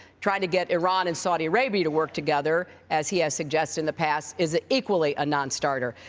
trying to get iran and saudi arabia to work together, as he has suggested in the past, is ah equally a nonstarter.